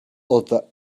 other